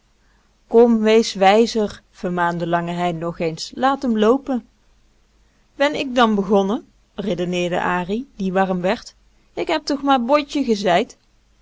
kom wees wijzer vermaande lange hein nog eens laat m loopen ben ik dan begonnen redeneerde ari die warm werd ik heb toch maar botje gezeid